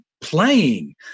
playing